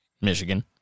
Michigan